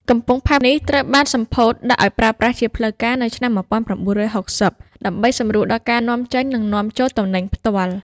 កំពង់ផែនេះត្រូវបានសម្ពោធដាក់ឱ្យប្រើប្រាស់ជាផ្លូវការនៅឆ្នាំ ១៩៦០ ដើម្បីសម្រួលដល់ការនាំចេញ និងនាំចូលទំនិញផ្ទាល់។